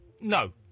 no